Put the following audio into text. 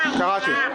קראתי.